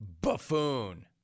buffoon